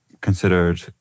considered